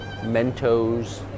Mentos